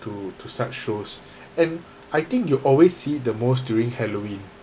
to to such shows and I think you always see the most during halloween